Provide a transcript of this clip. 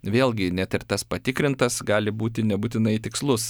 vėlgi net ir tas patikrintas gali būti nebūtinai tikslus